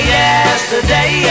yesterday